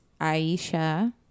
Aisha